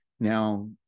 Now